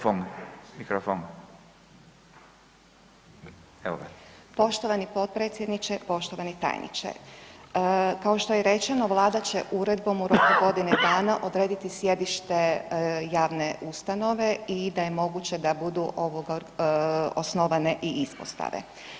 Poštovani potpredsjedniče, poštovani tajniče, kao što je i rečeno, Vlada će uredbom u roku godine dana odrediti sjedište javne ustanove i da je moguće da budu osnovane i ispostave.